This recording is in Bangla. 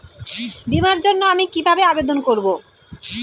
বিমার জন্য আমি কি কিভাবে আবেদন করব?